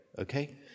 Okay